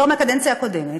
לא מהקדנציה הקודמת,